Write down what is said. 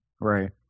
Right